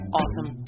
awesome